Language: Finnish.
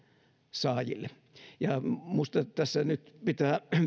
saajille minusta tässä nyt pitää